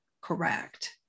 correct